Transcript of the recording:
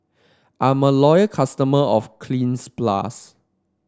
I'm a loyal customer of Cleanz Plus